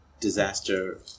disaster